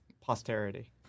Posterity